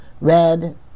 Red